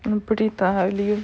இப்டிதா அழியும்:ipdithaa aliyum